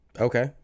Okay